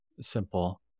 simple